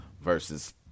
versus